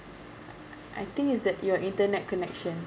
I think is that your internet connection